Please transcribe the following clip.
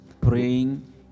Praying